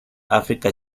africa